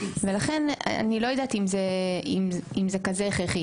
לכן אני לא יודעת אם זה כזה הכרחי.